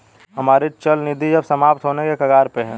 हमारी चल निधि अब समाप्त होने के कगार पर है